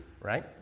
right